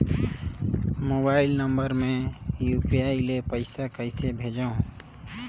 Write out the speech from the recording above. Mobile number मे UPI ले पइसा कइसे भेजवं?